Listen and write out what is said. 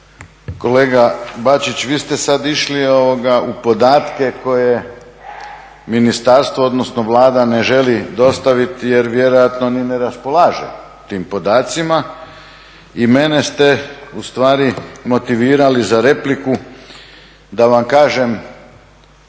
Kolega Bačić, vi ste sad išli u podatke koje ministarstvo, odnosno Vlada ne želi dostaviti jer vjerojatno ni ne raspolaže tim podacima i mene ste ustvari motivirali za repliku da vam kažem